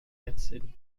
jetzigen